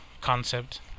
concept